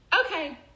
Okay